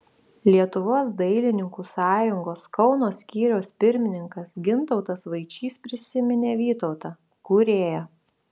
lietuvos dailininkų sąjungos kauno skyriaus pirmininkas gintautas vaičys prisiminė vytautą kūrėją